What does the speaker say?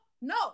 No